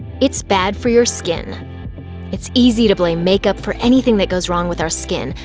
it's bad for your skin it's easy to blame makeup for anything that goes wrong with our skin.